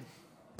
כן,